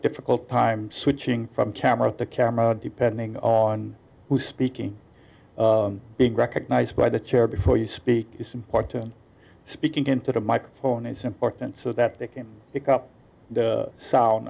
difficult time switching from camera the camera depending on who speaking big recognized by the chair before you speak some point to speaking into the microphone is important so that they can pick up the sound